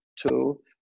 two